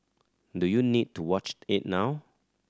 do you need to watch it now